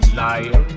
liar